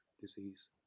disease